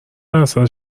درصد